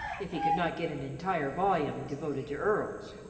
if he could not get an entire volume devoted to earls.